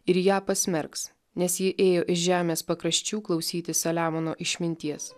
ir ją pasmerks nes ji ėjo iš žemės pakraščių klausytis saliamono išminties